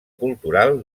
cultural